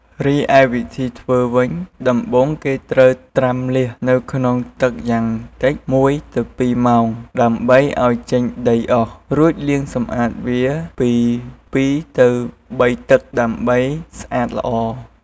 រីឯវិធីធ្វើវិញ ដំបូងគេត្រូវ ត្រាំលាសនៅក្នុងទឹកយ៉ាងតិច ១ទៅ២ម៉ោងដើម្បីឲ្យចេញដីអស់ រួចលាងសម្អាតវាពី ២ ទៅ៣ទឹក ដើម្បីស្អាតល្អ។